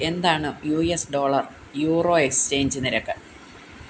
എന്താണ് U S dollar euro exchange നിരക്ക്